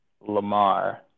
Lamar